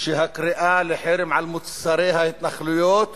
שהקריאה לחרם על מוצרי ההתנחלויות